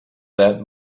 that